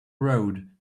road